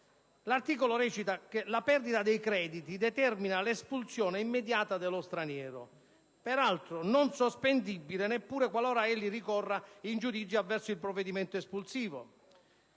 articolo 1 dispone che la perdita integrale dei crediti determina l'espulsione immediata dello straniero, peraltro non sospendibile neppure qualora egli ricorra in giudizio avverso il provvedimento espulsivo.